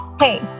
Hey